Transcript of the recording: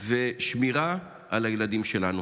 ושמירה על הילדים שלנו.